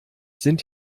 sind